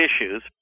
issues